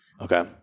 Okay